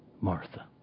Martha